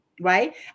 right